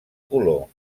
color